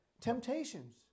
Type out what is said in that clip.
temptations